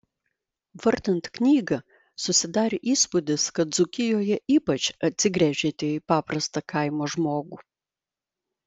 vartant knygą susidarė įspūdis kad dzūkijoje ypač atsigręžėte į paprastą kaimo žmogų